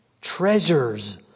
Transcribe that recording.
Treasures